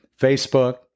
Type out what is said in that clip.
Facebook